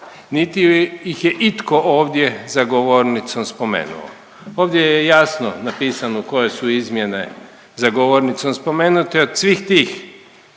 niti ih je itko ovdje za govornicom spomenuo. Ovdje je jasno napisano koje su izmjene za govornicom spomenute od svih tih